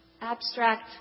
abstract